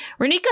Renika